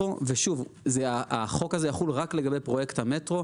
ושוב, החוק הזה יחול רק לגבי פרויקט המטרו.